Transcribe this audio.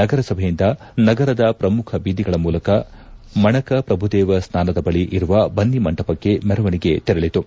ನಗರ ಸಭೆಯಿಂದ ನಗರದ ಪ್ರಮುಖ ಬೀದಿಗಳ ಮೂಲಕ ಮಣಕ ಪ್ರಭುದೇವ ಸ್ನಾನದ ಬಳಿ ಇರುವ ಬನ್ನಿ ಮಂಟಪಕ್ಕೆ ಮೆರವಣಿಗೆ ತೆರಳಿತು